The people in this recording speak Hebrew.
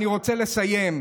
אני רוצה לסיים,